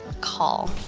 call